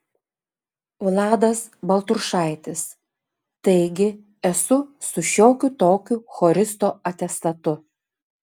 vladas baltrušaitis taigi esu su šiokiu tokiu choristo atestatu